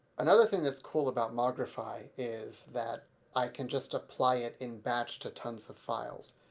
another thing that's cool about mogrify is that i can just apply it in batch to tons of files.